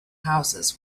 houses